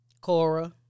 Cora